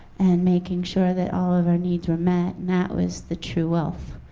and making sure that all of our needs were met, and that was the true wealth.